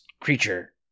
creature